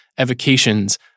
evocations